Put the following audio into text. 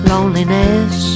Loneliness